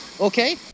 okay